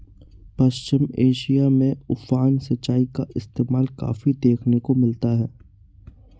पश्चिम Asia में उफान सिंचाई का इस्तेमाल काफी देखने को मिलता है